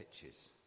pitches